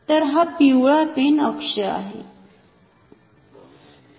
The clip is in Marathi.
तर हा पिवळा पेन अक्ष आहे